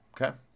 Okay